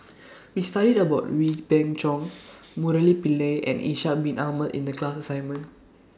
We studied about Wee Beng Chong Murali Pillai and Ishak Bin Ahmad in The class assignment